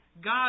God